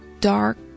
Dark